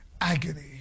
Agony